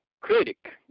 critic